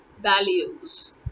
values